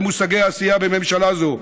למושגי עשייה בממשלה זו,